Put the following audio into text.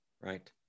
right